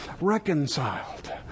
reconciled